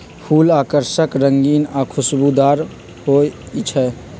फूल आकर्षक रंगीन आ खुशबूदार हो ईछई